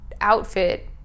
outfit